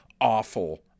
awful